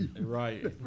Right